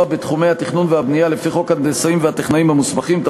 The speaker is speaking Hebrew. בתחומי התכנון והבנייה לפי חוק ההנדסאים והטכנאים המוסמכים,